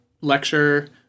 lecture